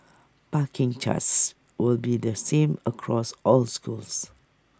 parking charges will be the same across all schools